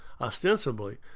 ostensibly